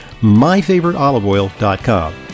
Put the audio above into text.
MyFavoriteOliveOil.com